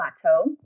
plateau